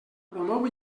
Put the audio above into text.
promou